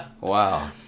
Wow